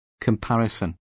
Comparison